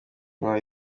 nk’aho